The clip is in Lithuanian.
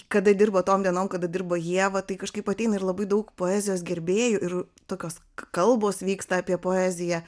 kada dirbo tom dienom kada dirbo ieva tai kažkaip ateina ir labai daug poezijos gerbėjų ir tokios kalbos vyksta apie poeziją